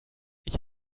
ich